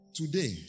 today